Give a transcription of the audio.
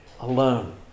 alone